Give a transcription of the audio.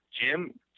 Jim